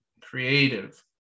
creative